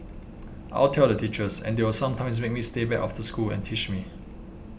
I'll tell the teachers and they will sometimes make me stay back after school and teach me